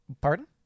Pardon